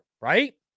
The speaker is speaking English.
right